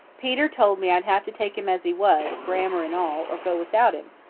peter told me i'd have to take him as he was, grammar and all, or go without him.